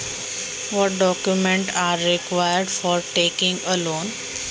कर्ज घेण्यासाठी कोणती कागदपत्रे लागतात?